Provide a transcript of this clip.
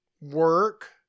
work